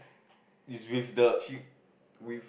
with